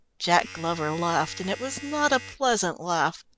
jack glover laughed, and it was not a pleasant laugh.